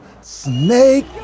Snake